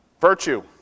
Virtue